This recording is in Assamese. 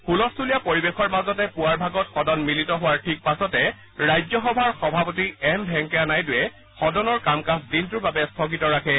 ছলস্থলীয়া পৰিৱেশৰ মাজতে পুৱাৰ ভাগত সদন মিলিত হোৱাৰ ঠিক পাছতে ৰাজ্যসভাৰ সভাপতি এম ভেংকায়া নাইডুৱে সদনৰ কাম কাজ দিনটোৰ বাবে স্থগিত ৰাখে